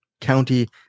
County